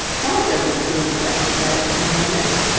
dog doesn't seem affected by the pandemic.